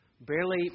barely